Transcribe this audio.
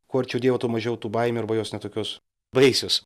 kuo arčiau dievo tuo mažiau tų baimių arba jos ne tokios baisios